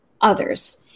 others